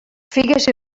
figues